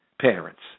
parents